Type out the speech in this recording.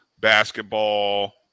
basketball